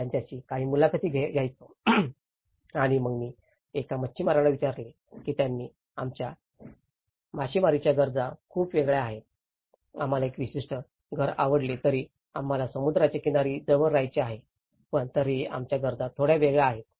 मी त्यांच्याशी काही मुलाखती घ्यायचो आणि मग मी एका मच्छीमारांना विचारले की त्यांनी आमच्या मासेमारीच्या गरजा खूप वेगळ्या आहेत आम्हाला एक विशिष्ट घर आवडले तरी आम्हाला समुद्राच्या किनारी जवळ राहायचे आहे पण तरीही आमच्या गरजा थोड्या वेगळ्या आहेत